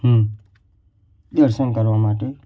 દર્શન કરવા માટે